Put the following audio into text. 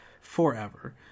forever